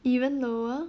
even lower